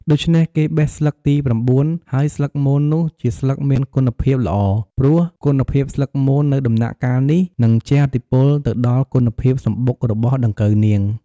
ដូច្នេះគេបេះស្លឹកទី៩ ហើយស្លឹកមននោះជាស្លឹកមានគុណភាពល្អ ព្រោះគុណភាពស្លឹកមននៅដំណាក់កាលនេះ នឹងជះឥទ្ធិពលទៅដល់គុណភាពសំបុករបស់ដង្កូវនាង។